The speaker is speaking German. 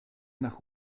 nach